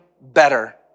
better